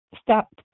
stop